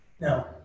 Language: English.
No